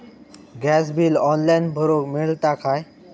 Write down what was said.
Gas bill online भरुक मिळता काय?